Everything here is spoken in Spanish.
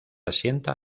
asienta